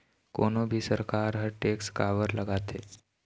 कोनो भी सरकार ह टेक्स काबर लगाथे?